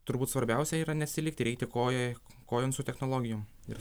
turbūt svarbiausia yra neatsilikti ir eiti koja kojon su technologijom ir